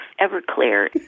Everclear